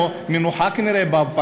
כנראה לא תיתן לנו מנוחה בפגרה,